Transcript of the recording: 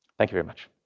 thank you very much.